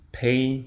pain